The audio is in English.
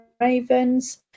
Ravens